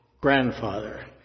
grandfather